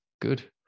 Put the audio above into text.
good